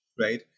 right